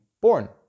born